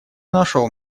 нашел